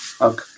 Okay